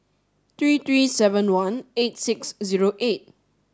three three seven one eight six zero eight